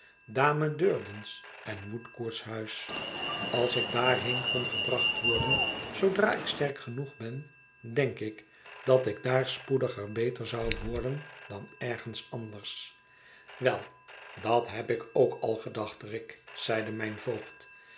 dame durden's én woodcourt's huis als ik daarheen kon gebracht worden zoodra ik sterk genoeg ben denk ik dat ik daar spoediger beter zou worden dan ergens anders wel dat heb ik ook al gedacht rick zeide myn voogd